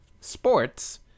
sports